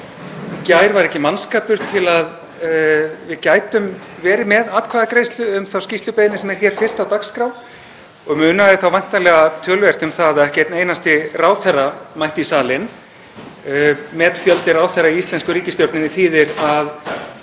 gær var ekki mannskapur til að við gætum verið með atkvæðagreiðslu um skýrslubeiðnina sem er hér fyrst á dagskrá og munaði væntanlega töluvert um að ekki einn einasti ráðherra mætti í salinn. Metfjöldi ráðherra í íslensku ríkisstjórninni þýðir að